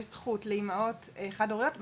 יש זכות לאימהות חד הוריות,